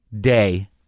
Day